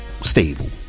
stable